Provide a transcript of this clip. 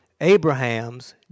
Abraham's